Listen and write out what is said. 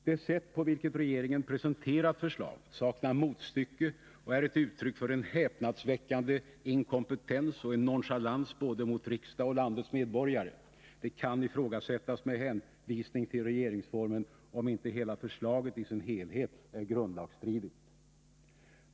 Det sätt på vilket regeringen presenterat förslaget saknar motstycke och är ett uttryck för en häpnadsväckande inkompetens och en nonchalans mot både riksdagen och landets medborgare. Det kan med hänvisning till regeringsformen ifrågasättas, om inte förslaget i sin helhet är grundlagsstridigt.